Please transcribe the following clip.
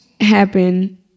happen